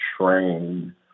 train